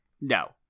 No